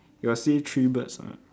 you got see three birds or not